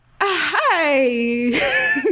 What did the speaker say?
hi